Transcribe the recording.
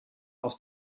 aus